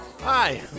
Hi